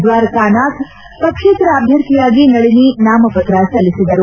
ದ್ವಾರಕಾನಾಥ್ ಪಕ್ಷೇತರ ಅಭ್ಯರ್ಥಿಯಾಗಿ ನಳಿನಿ ನಾಮಪತ್ರ ಸಲ್ಲಿಸಿದರು